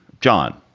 john,